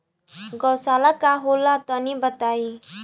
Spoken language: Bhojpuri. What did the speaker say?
गौवशाला का होला तनी बताई?